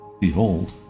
Behold